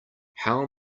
how